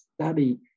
study